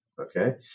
Okay